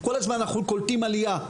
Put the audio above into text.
כל הזמן אנחנו קולטים עלייה.